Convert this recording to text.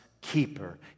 keeper